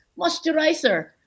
moisturizer